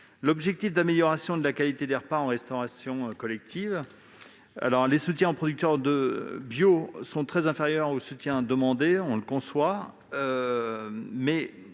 l'objectif d'amélioration de la qualité des repas en restauration collective. Le soutien aux producteurs bio est très inférieur à celui qui est demandé. Toutefois,